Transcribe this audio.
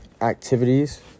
activities